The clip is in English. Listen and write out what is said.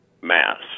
mass